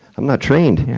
i'm not trained. yeah.